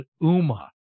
UMA